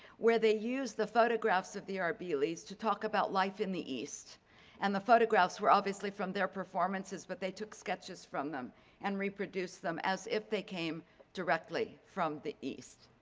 where they use the photographs of the arbeelys' to talk about life in the east and the photographs were obviously from their performances, but they took sketches from them and reproduce them as if they came directly from the east.